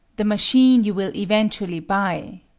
the machine you will eventually buy,